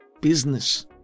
business